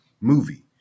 movie